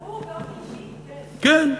הוא, באופן אישי, כן.